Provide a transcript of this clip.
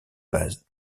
base